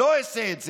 לא אעשה את זה.